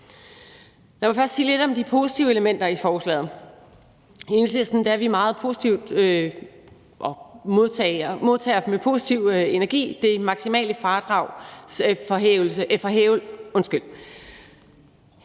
Lad mig først sige lidt om de positive elementer i forslaget. I Enhedslisten er vi meget positive over for og modtager med positiv energi hævningen af det maksimale fradrag for